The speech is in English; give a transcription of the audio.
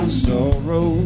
sorrow